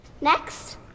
Next